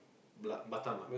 ba~ Batam ah